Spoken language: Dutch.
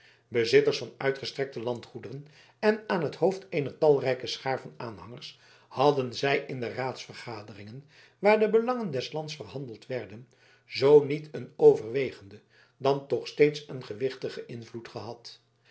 bezitters van uitgestrekte landgoederen en aan het hoofd eener talrijke schaar van aanhangers hadden zij in de raadsvergaderingen waar de belangen des lands verhandeld werden zoo niet een overwegenden dan toch steeds een gewichtigen invloed gehad